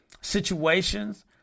situations